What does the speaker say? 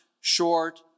short